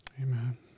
Amen